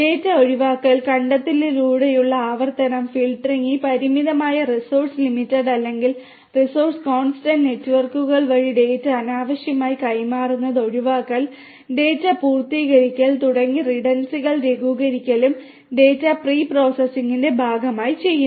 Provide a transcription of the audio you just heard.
data ഒഴിവാക്കൽ കണ്ടെത്തലിലൂടെയുള്ള ആവർത്തനം ഫിൽട്ടറിംഗ് ഈ പരിമിതമായ റിസോഴ്സ് ലിമിറ്റഡ് അല്ലെങ്കിൽ റിസോഴ്സ് കോൺസ്റ്റന്റ് നെറ്റ്വർക്കുകൾ വഴി ഡാറ്റ അനാവശ്യമായി കൈമാറുന്നത് ഒഴിവാക്കാൻ ഡാറ്റ പൂർത്തീകരിക്കൽ തുടങ്ങിയ റിഡൻഡൻസികൾ ലഘൂകരിക്കലും ഡാറ്റ പ്രീ പ്രോസസ്സിംഗിന്റെ ഭാഗമായി ചെയ്യുന്നു